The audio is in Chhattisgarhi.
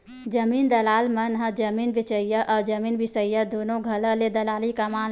जमीन दलाल मन ह जमीन बेचइया अउ जमीन बिसईया दुनो जघा ले दलाली कमा लेथे